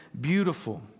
beautiful